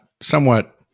somewhat